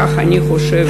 כך אני חושבת,